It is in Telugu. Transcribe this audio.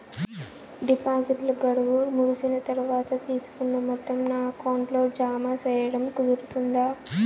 డిపాజిట్లు గడువు ముగిసిన తర్వాత, తీసుకున్న మొత్తం నా అకౌంట్ లో జామ సేయడం కుదురుతుందా?